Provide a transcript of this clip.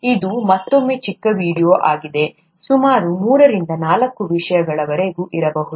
ಇದು ಮತ್ತೊಮ್ಮೆ ಚಿಕ್ಕ ವೀಡಿಯೊ ಆಗಿದೆ ಸುಮಾರು ಮೂರರಿಂದ ನಾಲ್ಕು ನಿಮಿಷಗಳವರೆಗೆ ಇರಬಹುದು